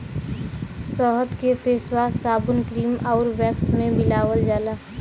शहद के फेसवाश, साबुन, क्रीम आउर वैक्स में मिलावल जाला